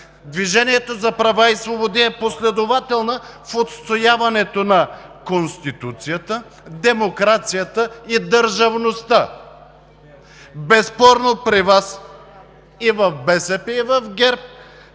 „Движението за права и свободи“ е последователно в отстояването на Конституцията, демокрацията и държавността. Безспорно при Вас – и в БСП, и в ГЕРБ,